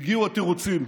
הגיעו התירוצים: